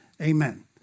Amen